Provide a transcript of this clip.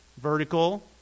vertical